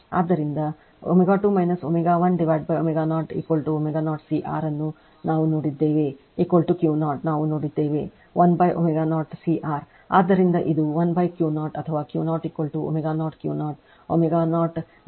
ಆದ್ದರಿಂದω2 ω 1ω0 ω0 CR ಇದನ್ನು ನಾವು ನೋಡಿದ್ದೇವೆ Q 0 ನಾವು ನೋಡಿದ್ದೇವೆ 1 ω0 CR